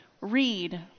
read